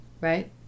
right